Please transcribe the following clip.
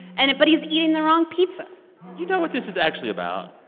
and but he's eating the wrong pizza you know what this is actually about?